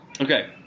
Okay